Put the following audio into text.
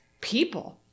people